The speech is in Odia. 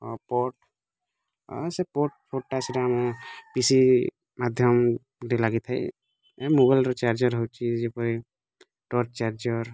ଆଉ ପଟ୍ ଏଁ ସେ ପଟ୍ ପଟ୍ଟା ପିସି ମାଧ୍ୟମରେ ଲାଗି ଥାଏ ଏ ମୋବାଇଲ୍ର ଚାର୍ଜର୍ ହଉଛି ଯେପରି ଟର୍ଚ୍ଚ ଚାର୍ଜର୍